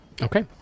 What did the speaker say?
Okay